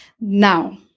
Now